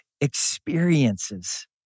experiences